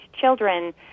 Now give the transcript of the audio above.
children